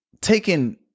taking